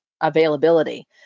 availability